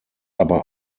aber